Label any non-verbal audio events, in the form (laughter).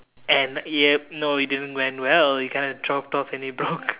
and yup no it didn't went well it kind of dropped off and it broke (laughs)